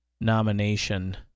nomination